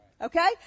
Okay